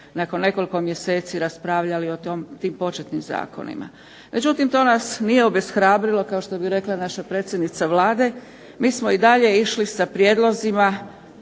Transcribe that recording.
nakon nekoliko mjeseci raspravljali o tim početnim zakonima. Međutim, to nas nije obeshrabrilo, kao što bi rekla naša predsjednica Vlade, mi smo i dalje išli sa prijedlozima